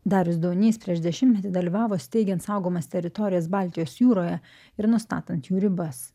darius daunys prieš dešimtmetį dalyvavo steigiant saugomas teritorijas baltijos jūroje ir nustatant jų ribas